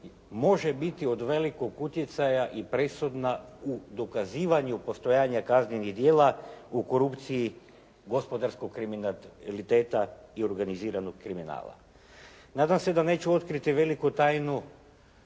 može biti od velikog utjecaja i presudna u dokazivanju postojanja kaznenih djela u korupciji gospodarskog kriminaliteta i organiziranog kriminala. Nadam se da neću otkriti veliku tajnu